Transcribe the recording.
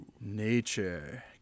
Nature